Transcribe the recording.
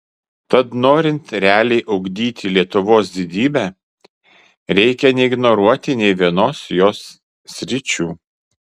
tad norint realiai ugdyti lietuvos didybę reikia neignoruoti nei vienos jos sričių